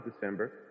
December